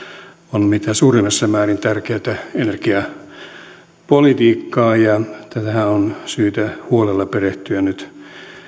on mitä suurimmassa määrin tärkeätä energiapolitiikkaa ja tähän on syytä huolella perehtyä nyt